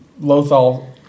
Lothal